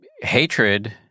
hatred